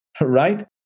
Right